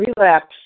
relapse